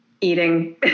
eating